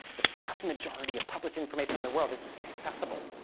the vast majority of published information in the world is inaccessible